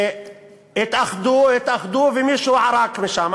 התאחדו, ומישהו ערק משם.